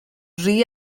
rhy